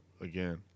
again